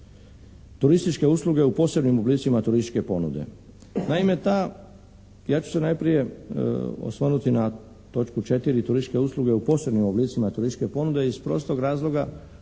Turističke usluge u posebnim oblicima turističke ponude. Naime ta, ja ću se najprije osvrnuti na točku 4. Turističke usluge u posebnim oblicima turističke ponude iz prostog razloga